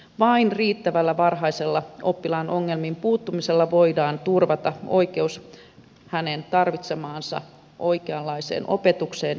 vain riittävällä varhaisella oppilaan ongelmiin puuttumisella voidaan turvata oikeus hänen tarvitsemaansa oikeanlaiseen opetukseen ja tukeen